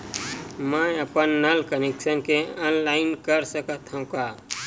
मैं अपन नल कनेक्शन के ऑनलाइन कर सकथव का?